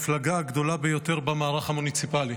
תנועת ש"ס היא המפלגה הגדולה ביותר במערך המוניציפלי.